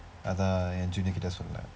அதான்:athaan angelique கிட்ட சொன்னேன்:kitda sonneen